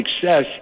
success